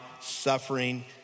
suffering